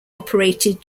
operated